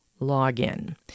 login